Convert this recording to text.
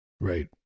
Right